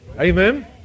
Amen